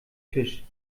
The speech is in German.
fisch